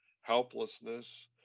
helplessness